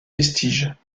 vestiges